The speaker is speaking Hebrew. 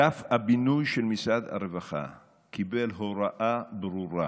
אגף הבינוי של משרד הרווחה קיבל הוראה ברורה